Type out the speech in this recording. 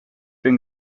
bin